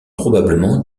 probablement